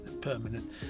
permanent